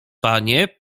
panie